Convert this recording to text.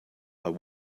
are